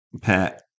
Pat